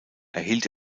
erhielt